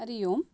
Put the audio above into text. Hari Om